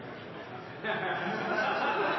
er naturgitt, men